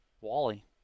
Wally